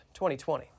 2020